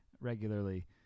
regularly